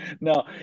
no